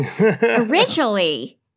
Originally